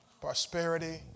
prosperity